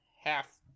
half